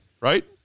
right